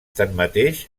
tanmateix